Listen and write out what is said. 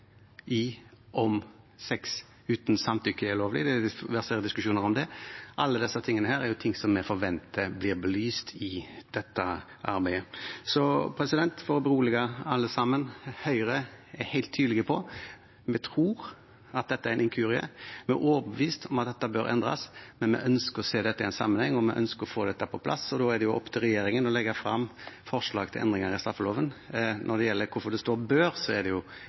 i om sex uten samtykke er lovlig. Det verserer diskusjoner om det. Alt dette er ting vi forventer blir belyst gjennom dette arbeidet. Så for å berolige alle sammen: Høyre er helt tydelige på at vi tror dette er en inkurie. Vi er overbevist om at dette bør endres, men vi ønsker å se dette i en sammenheng, og vi ønsker å få dette på plass. Da er det opp til regjeringen å legge fram forslag til endringer i straffeloven. Når det gjelder hvorfor det står «bør», er det fordi det